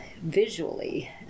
visually